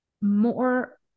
more